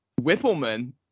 Whippleman